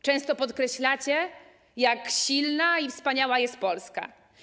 Często podkreślacie, jak silna i wspaniała jest Polska.